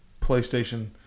PlayStation